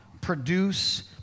produce